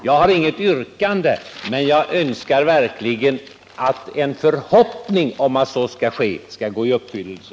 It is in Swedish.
Jag har inget yrkande, men jag önskar verkligen att förhoppningen kommer att gå uppfyllelse.